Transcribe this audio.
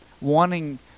Wanting